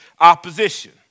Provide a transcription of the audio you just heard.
opposition